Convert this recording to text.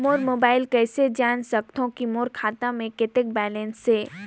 Mobile म कइसे जान सकथव कि मोर खाता म कतेक बैलेंस से?